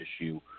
issue